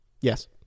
Yes